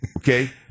Okay